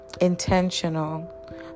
intentional